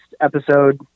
episode